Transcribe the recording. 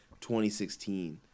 2016